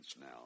now